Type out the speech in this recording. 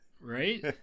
Right